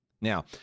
Now